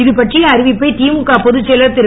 இதுபற்றிய அறிவிப்பை திமுக பொதுச் செயலர் திரு